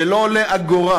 שלא עולה אגורה,